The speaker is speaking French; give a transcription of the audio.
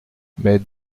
mais